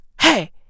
hey